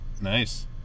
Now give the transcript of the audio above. Nice